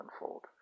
unfold